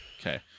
Okay